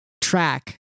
track